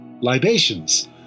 libations